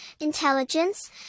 intelligence